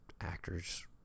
actors